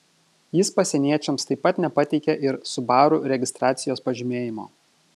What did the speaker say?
jis pasieniečiams taip pat nepateikė ir subaru registracijos pažymėjimo